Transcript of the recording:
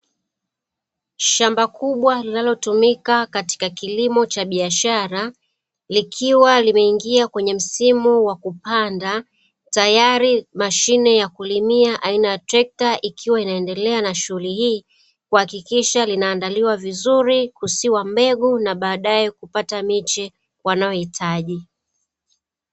Shamba kubwa linalotumika katika kilimo cha biashara, likiwa limeingia kwenye msimu wa kupanda, tayari mashine ya kulimia aina ya trekta ikiwa inaendelea na shughuli hi,i kuhakikisha linaandaliwa vizuri, kusiwa mbegu na baadae kupata miche wanayohitaji.